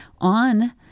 on